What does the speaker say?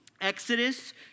Exodus